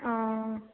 অঁ অঁ